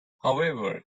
however